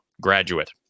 graduate